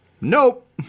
Nope